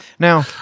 Now